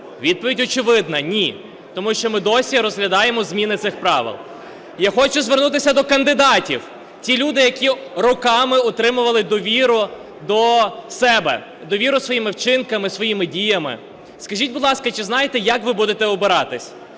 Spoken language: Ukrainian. Відповідь очевидна – ні, тому що ми досі розглядаємо зміни цих правил. Я хочу звернутися до кандидатів, ті люди, які роками отримували довіру до себе, довіру своїми вчинками, своїми діями. Скажіть, будь ласка, чи знаєте, як ви будете обиратися?